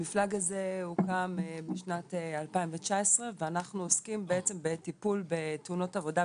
המפלג הזה הוקם בשנת 2019 ואנחנו עוסקים בעצם בטיפול בתאונות עבודה,